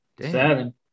Seven